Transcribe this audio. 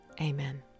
Amen